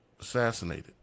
assassinated